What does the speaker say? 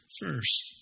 first